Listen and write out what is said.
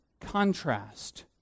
contrast